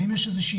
האם יש תוכנית?